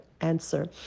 answer